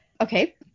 Okay